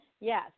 Yes